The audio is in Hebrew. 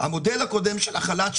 המודל הקודם של החל"ת,